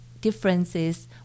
differences